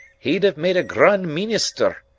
he'd have made a grand meenister,